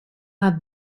have